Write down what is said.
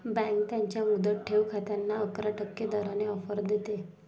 bank त्यांच्या मुदत ठेव खात्यांना अकरा टक्के दराने ऑफर देते